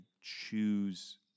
choose